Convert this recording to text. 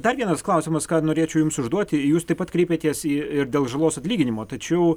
dar vienas klausimas ką norėčiau jums užduoti jūs taip pat kreipėtės į ir dėl žalos atlyginimo tačiau